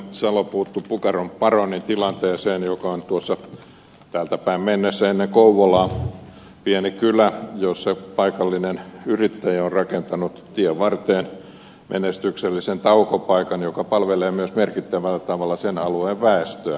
salo puuttui pukaron paronin tilanteeseen joka on täältäpäin mennessä ennen kouvolaa pieni kylä jossa paikallinen yrittäjä on rakentanut tienvarteen menestyksellisen taukopaikan joka palvelee myös merkittävällä tavalla sen alueen väestöä